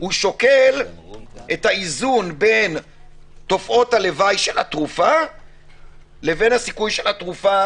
הוא שוקל את האיזון בין תופעות הלוואי של התרופה לבין הסיכוי של התרופה